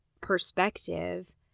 perspective